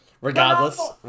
Regardless